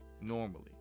normally